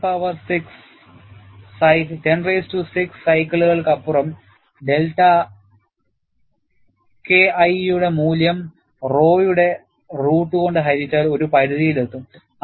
10 power 6 സൈക്കിളുകൾക്കപ്പുറം delta KI യുടെ മൂല്യം rho യുടെ റൂട്ട് കൊണ്ട് ഹരിച്ചാൽ ഒരു പരിധിയിലെത്തും